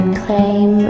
claim